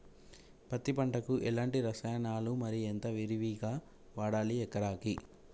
పత్తి పంటకు ఎలాంటి రసాయనాలు మరి ఎంత విరివిగా వాడాలి ఎకరాకి?